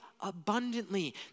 abundantly